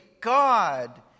God